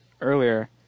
earlier